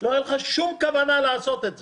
לא הייתה לך שום כוונה לעשות את זה,